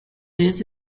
this